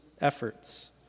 efforts